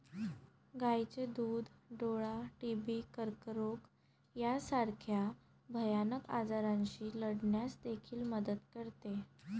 गायीचे दूध डोळा, टीबी, कर्करोग यासारख्या भयानक आजारांशी लढण्यास देखील मदत करते